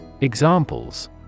Examples